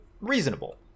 reasonable